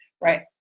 Right